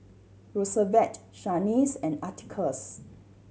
Roosevelt Shanice and Atticus